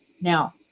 Now